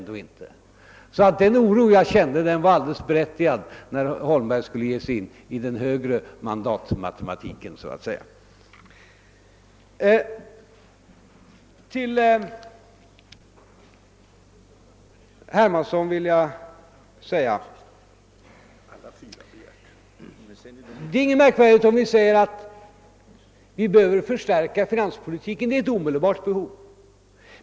Den oro jag kände för att herr Holmberg skulle ge sig in på den högre mandatmatematiken var alltså berättigad. Så några ord till herr Hermansson. Det är ingenting märkvärdigt att vi säger att vi behöver förstärka finanspolitiken — det är ett omedelbart behov.